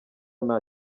nta